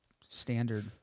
standard